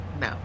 No